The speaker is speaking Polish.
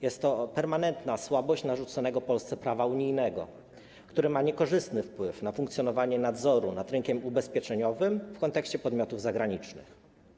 Jest to permanentna słabość narzuconego Polsce prawa unijnego, które ma niekorzystny wpływ na funkcjonowanie nadzoru nad rynkiem ubezpieczeniowym w kontekście podmiotów zagranicznych.